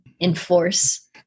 enforce